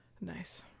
Nice